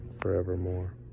forevermore